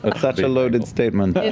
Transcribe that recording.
and such a loaded statement.